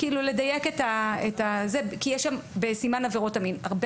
לדייק את זה כי בסימן עבירות המין יש הרבה